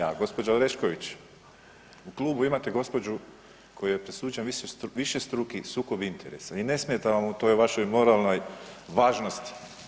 A gđa. Orešković, u klubu imate gospođu kojoj je presuđen višestruki sukob interesa i ne smeta vam u toj vašoj moralnoj važnosti.